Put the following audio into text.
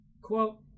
Quote